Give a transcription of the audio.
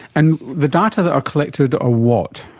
and the data that are collected are what?